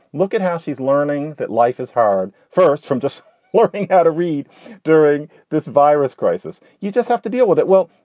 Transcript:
look at how she's learning that life is hard. first, from just learning how to read during this virus crisis, you just have to deal with it. well,